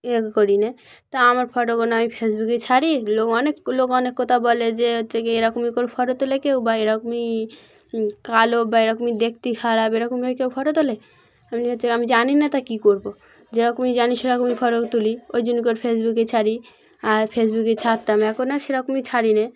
এ করি না তা আমার ফটোগ কোনো আমি ফেসবুকে ছাড়ি লোক অনেক লোক অনেক কথা বলে যে হচ্ছে কি এরকমই করে ফোটো তোলে কেউ বা এরকমই কালো বা এরকমই দেখতেি খারাপ এরকমই কেউ ফোটো তোলে আমি হচ্ছে আমি জানি না তা কী করবো যেরকমই জানি সেরকমই ফটো তুলি ওই জন্য করে ফেসবুকে ছাড়ি আর ফেসবুকে ছাড়তাম এখন না সেরকমই ছাড়িন